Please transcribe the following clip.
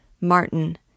Martin